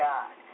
God